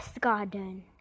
garden